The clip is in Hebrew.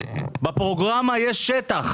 בפרוגרמה יש שטח